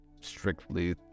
strictly